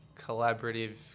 collaborative